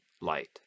light